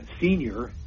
senior